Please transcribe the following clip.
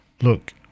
Look